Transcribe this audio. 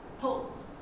pause